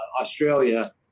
Australia